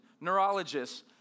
neurologists